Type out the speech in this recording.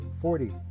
forty